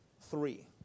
three